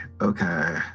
Okay